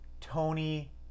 Tony